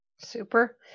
Super